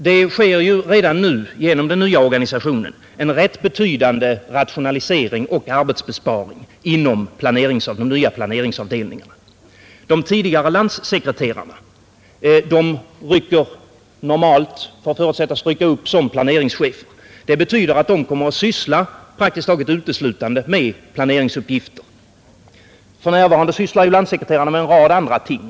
Det sker genom den nya organisationen en rätt betydande rationalisering och arbetsbesparing inom de nya planeringsavdelningarna. De tidigare landssekreterarna förutsättes rycka upp som planeringschefer. Det betyder att de kommer att syssla praktiskt taget uteslutande med planeringsuppgifter. För närvarande sysslar landssekreterarna med en rad olika ting.